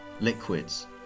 liquids